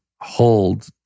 hold